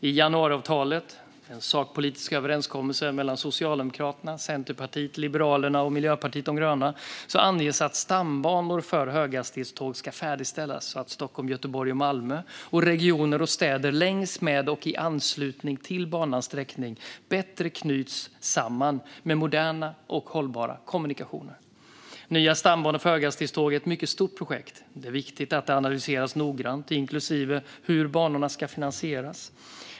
I januariavtalet, den sakpolitiska överenskommelsen mellan Socialdemokraterna, Centerpartiet, Liberalerna och Miljöpartiet de gröna, anges att stambanor för höghastighetståg ska färdigställas så att Stockholm, Göteborg, Malmö och regioner och städer längs med och i anslutning till banans sträckning bättre knyts samman med moderna och hållbara kommunikationer. Nya stambanor för höghastighetståg är ett mycket stort projekt. Det är viktigt att det analyseras noggrant, inklusive hur banorna ska finansieras.